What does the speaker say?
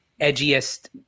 edgiest